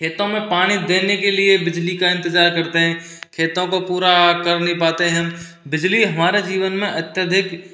खेतों में पानी देने के लिए बिजली का इंतज़ार करते है खेतों को पूरा कर नहीं पाते है बिजली हमारे जीवन मे अत्यधिक